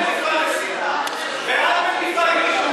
זה את מטיפה לשנאה, ואת מטיפה לקיטוב,